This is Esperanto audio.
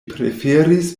preferis